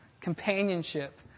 companionship